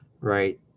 right